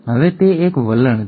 હવે તે એક વલણ છે